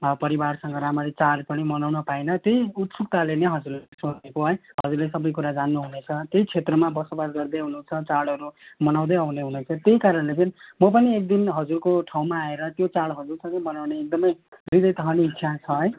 परिवारसँग राम्ररी चाड पनि मनाउन पाइनँ त्यही उत्सुक्ताले नै हजुरहरूलाई सोधेको है हजुरले सबै कुरा जान्नु हुने छ त्यही क्षेत्रमा बसोबास गर्दै आउनु भएको छ चाडहरू मनाउँदै आउनु हुँदैछ त्यही कारणले पनि म पनि एक दिन हजुरको ठाउँमा आएर त्यो चाड हजुरसँगै मनाउने एकदमै धेरै त अनि इच्छा छ है